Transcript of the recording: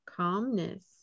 calmness